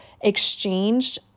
exchanged